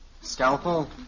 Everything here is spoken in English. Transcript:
scalpel